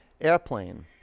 Airplane